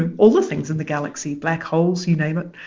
and all the things in the galaxy black holes, you name it.